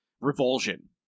Revulsion